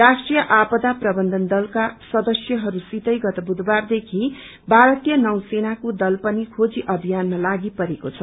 राष्ट्रिय आपदा प्रवन्धन दलाका सदस्यहरूससितग् गत व्रुधबारदेखि भारतीय नौसेनको दनल पनि खेजी अभियानमा लागिपरेको छ